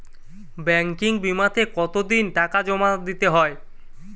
Banking বিমাতে কত দিন টাকা জমা দিতে হয়?